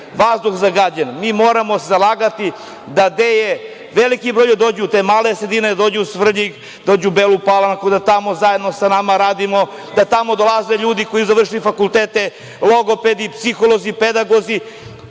vazduh zagađen. Mi se moramo zalagati da gde je veliki broj, da dođu u te sredine, da dođu u Svrljig, da dođu u Belu Palanku, da tamo zajedno sa nama radimo, da tamo dolaze ljudi koji su završili fakultete, logopedi, psiholozi, pedagozi,